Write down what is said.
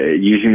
using